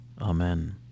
Amen